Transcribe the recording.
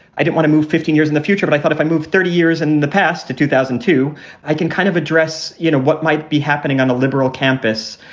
i don't want to move fifteen years in the future. but i thought if i moved thirty years and in the past to two two, i can kind of address you know what might be happening on a liberal campus,